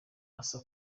asa